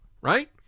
right